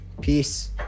Peace